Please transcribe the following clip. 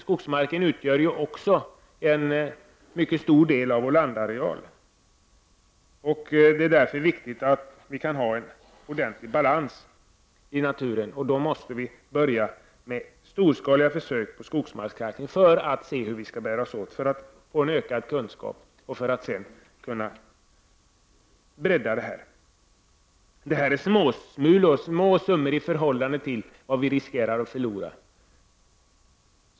Skogsmarken utgör ju en mycket stor del av vår landareal. Därför är det viktigt att det finns en ordentlig balans i naturen. Vi måste börja med storskaliga försök med skogsmarkskalkning. Det gäller ju att ta reda på hur vi skall bära oss åt för att få ökade kunskaper och därmed kunna åstadkomma en brytning i detta sammanhang. Det är dock fråga om små summor jämfört med de pengar som vi riskerar att förlora.